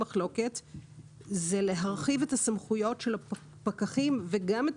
זה להרחיב את הסמכויות של הפקחים וגם את